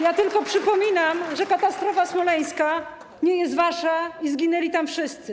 Ja tylko przypominam, że katastrofa smoleńska nie jest wasza i zginęli tam wszyscy.